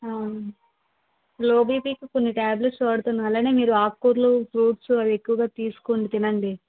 లో బీపీకి కొన్ని ట్యాబ్లెట్స్ వాడుతుండండి అలాగే కొన్ని ఆకుకూరలు ఫ్రూట్సు అవి ఎక్కువుగా తీసుకోండి తినండి